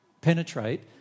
penetrate